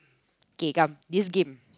okay come this game